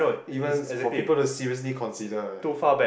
even for people to seriously consider eh